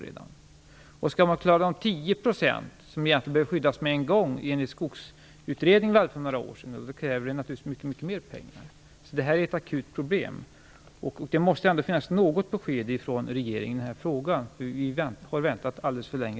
Skall man klara av att skydda 10 %, som egentligen behöver skyddas med en gång enligt Skogsutredningen för några år sedan, krävs naturligtvis mycket mer pengar. Det här är ett akut problem. Vi måste få något besked från regeringen i den här frågan. Vi har redan väntat alldeles för länge.